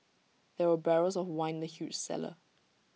there were barrels of wine in the huge cellar